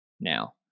now